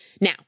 Now